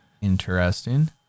interesting